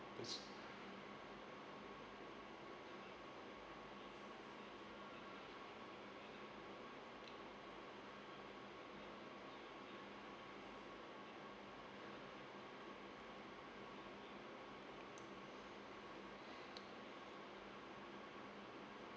yes